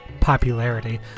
popularity